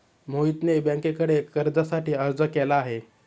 मोहितने बँकेकडे कर्जासाठी अर्ज केला आहे